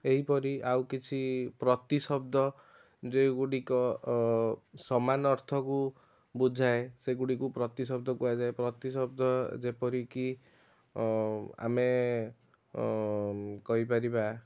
ଏହିପରି ଆଉ କିଛି ପ୍ରତିଶବ୍ଦ ଯେଉଁଗୁଡ଼ିକ ସମାନ ଅର୍ଥକୁ ବୁଝାଏ ସେଗୁଡ଼ିକୁ ପ୍ରତିଶବ୍ଦ କୁହାଯାଏ ପ୍ରତିଶବ୍ଦ ଯେପରିକି ଆମେ କହିପାରିବା